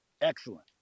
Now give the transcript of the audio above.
Excellent